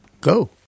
Go